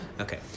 Okay